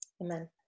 Amen